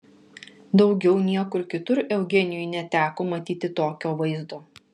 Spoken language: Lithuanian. daugiau niekur kitur eugenijui neteko matyti tokio vaizdo